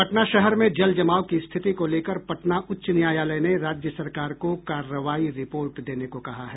पटना शहर में जल जमाव की स्थिति को लेकर पटना उच्च न्यायालय ने राज्य सरकार को कार्रवाई रिपोर्ट देने को कहा है